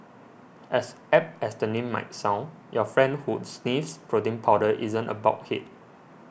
as apt as the name might sound your friend who sniffs protein powder isn't a bulkhead